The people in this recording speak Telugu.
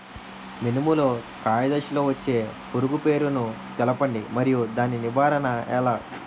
మినుము లో కాయ దశలో వచ్చే పురుగు పేరును తెలపండి? మరియు దాని నివారణ ఎలా?